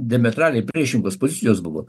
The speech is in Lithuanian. diametraliai priešingos pozicijos buvo